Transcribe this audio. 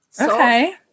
okay